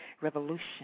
Revolution